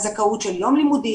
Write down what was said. הזכאות של יום לימודים,